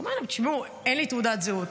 הוא אמר להם: תשמעו, אין לי תעודת זהות.